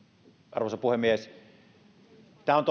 arvoisa puhemies tämä on